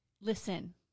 Listen